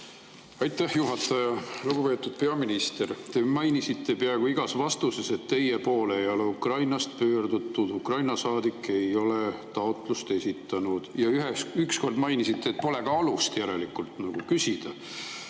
Aitäh, juhataja! Lugupeetud peaminister! Te mainisite peaaegu igas vastuses, et teie poole ei ole Ukrainast pöördutud, Ukraina saadik ei ole taotlust esitanud. Ja üks kord mainisite, et järelikult pole ka alust küsida.